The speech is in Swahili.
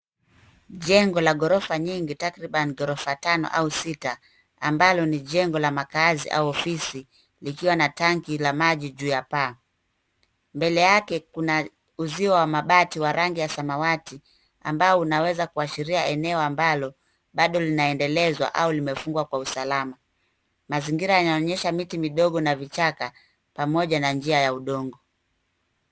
Jengo la gorofa nyingi takriban gorofa tano au sita ambalo ni jengo la makazi au ofisi likiwa na tangi la maji juu yaa paa. Mbele yake kuna uzio wa mabati wa rangi ya samawati ambao unaweza kuashiria eneo ambalo bado linaendelezwa au limefungwa kwa usalama. Mazingira yanaonyesha miti midogo na vichaka, pamoja na njia ya udongo.